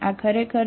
આ ખરેખર છે